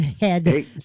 head